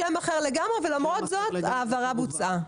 שם אחר לגמרי ולמרות זאת ההעברה בוצעה.